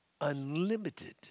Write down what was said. unlimited